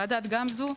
ועדת גמזו,